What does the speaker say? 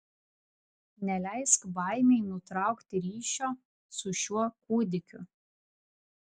neleisk baimei nutraukti ryšio su šiuo kūdikiu